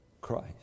Christ